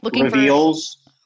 reveals